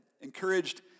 encouraged